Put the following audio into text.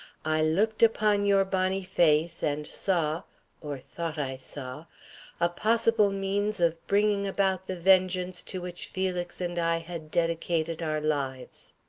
i looked upon your bonny face and saw or thought i saw a possible means of bringing about the vengeance to which felix and i had dedicated our lives.